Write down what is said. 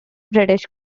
british